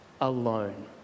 alone